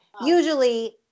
usually